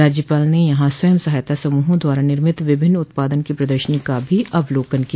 राज्यपाल ने यहा स्वयं सहायता समूहों द्वारा निर्मित विभिन्न उत्पादन की प्रदर्शनी का भी अवलोकन किया